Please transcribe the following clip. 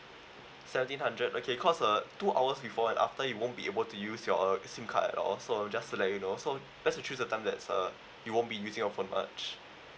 seventeen hundred okay because uh two hours before and after you won't be able to use your uh SIM card at all so just to let you know so let's us choose a time that's uh you won't be using your phone much